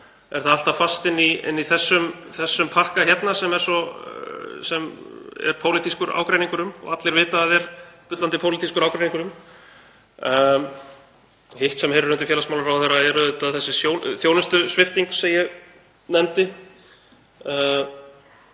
er það alltaf fast í þessum pakka hérna, sem svo er pólitískur ágreiningur um og allir vita að er bullandi pólitískur ágreiningur um. Hitt sem heyrir undir félagsmálaráðherra er auðvitað þessi þjónustusvipting sem ég nefndi